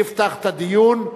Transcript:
אני אפתח את הדיון.